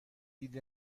دید